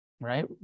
Right